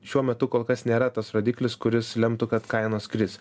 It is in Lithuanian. šiuo metu kol kas nėra tas rodiklis kuris lemtų kad kainos kris